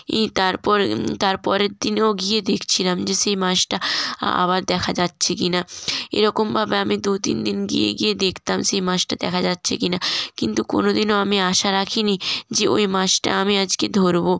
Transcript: ই তারপর তারপরের দিনও গিয়ে দেখছিলাম যে সে মাছটা আবার দেখা যাচ্ছে কি না এরকমভাবে আমি দু তিনদিন গিয়ে গিয়ে দেখতাম সে মাছটা দেখা যাচ্ছে কি না কিন্তু কোনোদিনও আমি আশা রাখিনি যে ওই মাছটা আমি আজকে ধরবো